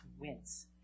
wince